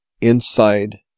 inside